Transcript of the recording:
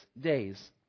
days